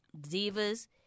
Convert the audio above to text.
divas